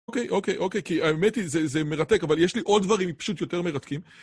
אוקיי, אוקיי, כי האמת היא זה מרתק, אבל יש לי עוד דברים פשוט יותר מרתקים.